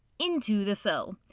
into the cell.